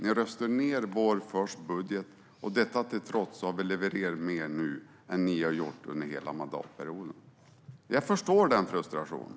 Ni röstade ned vår första budget, och detta till trots har vi levererat mer nu än vad ni gjorde under hela mandatperioden. Jag förstår frustrationen.